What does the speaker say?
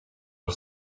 are